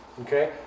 Okay